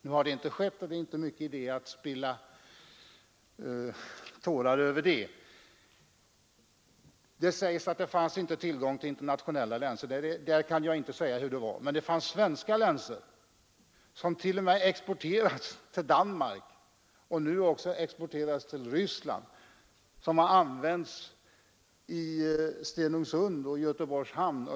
Nu har detta inte skett, och det är inte stor idé att spilla tårar på det. Man säger att det inte fanns tillgång till länsor på den internationella marknaden. Det kan jag inte yttra mig om, men det fanns svenska länsor. Sådana har t.o.m. exporterats till Danmark och exporteras nu också till Ryssland. De har även använts i bl.a. Göteborgs hamn.